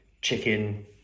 chicken